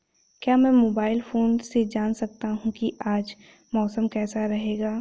क्या मैं mobile phone से जान सकता हूँ कि आज मौसम कैसा रहेगा?